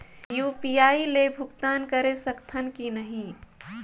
UPI ले भुगतान करे सकथन कि नहीं?